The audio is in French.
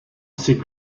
ses